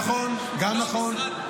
נכון, גם נכון.